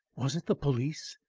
was it the police?